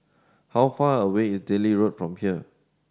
how far away is Delhi Road from here